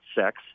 sex